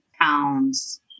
pounds